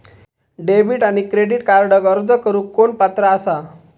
Debit आणि credit कार्डक अर्ज करुक कोण पात्र आसा?